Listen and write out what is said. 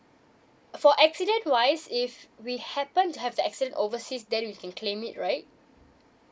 for accident wise if we happen to have the accident overseas then we can claim it right